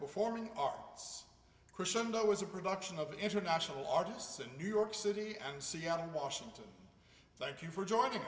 performing arts crescendo is a production of international artists in new york city and seattle washington thank you for